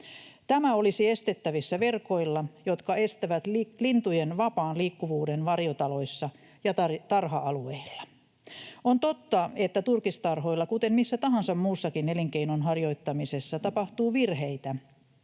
Tämä olisi estettävissä verkoilla, jotka estävät lintujen vapaan liikkuvuuden varjotaloissa ja tarha-alueella. On totta, että turkistarhoilla, kuten missä tahansa muussakin elinkeinon harjoittamisessa, tapahtuu virheitä,